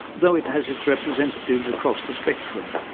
though it has its representatives across the spectrum.